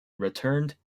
returned